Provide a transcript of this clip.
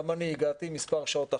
גם אני הגעתי מספר שעות אחריך.